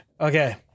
Okay